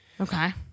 Okay